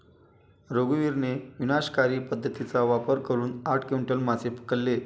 रघुवीरने विनाशकारी पद्धतीचा वापर करून आठ क्विंटल मासे पकडले